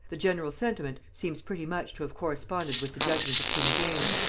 the general sentiment seems pretty much to have corresponded with the judgement of king james,